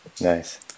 Nice